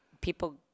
people